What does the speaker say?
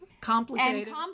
complicated